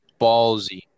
ballsy